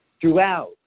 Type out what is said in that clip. throughout